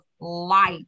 life